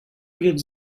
eget